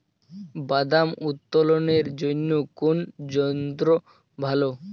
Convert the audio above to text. বাদাম উত্তোলনের জন্য কোন যন্ত্র ভালো?